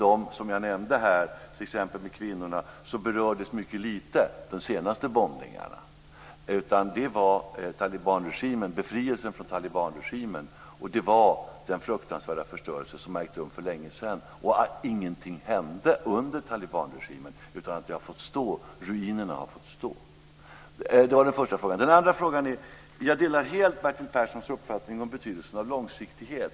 I samtalen t.ex. med kvinnorna berördes de senaste bombningarna mycket lite, utan det handlade om befrielsen från talibanregimen och den fruktansvärda förstörelse som har ägt rum för länge sedan. Ingenting hände under talibanregimen, utan ruinerna har fått stå. Jag delar helt Bertil Perssons uppfattning om betydelsen av långsiktighet.